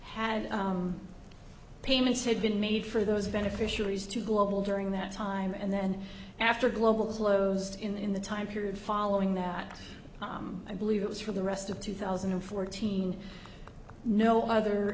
had payments had been made for those beneficiaries to global during that time and then after global closed in the time period following that i believe it was for the rest of two thousand and fourteen no other